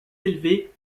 élevé